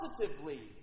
positively